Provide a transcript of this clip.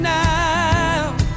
now